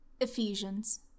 Ephesians